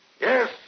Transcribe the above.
Yes